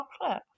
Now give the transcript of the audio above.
chocolate